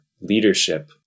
leadership